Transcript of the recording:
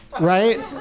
Right